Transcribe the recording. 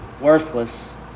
worthless